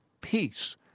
peace